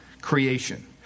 creation